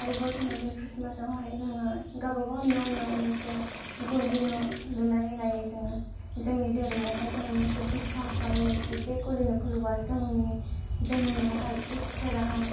आरोबाव जोङो बे ख्रिस्टमासावहाय जोङो गावबा गाव न' न' मोनसे गलि न' लुनानै लायो जोङो जोंनि धर्मआवहाय जोङो मोनसे बिसास खालामो कि बे गलि न'खौ लुब्ला जों जोंनियावहाय इसोराहाय